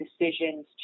decisions